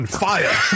fire